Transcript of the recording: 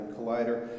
Collider